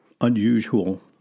unusual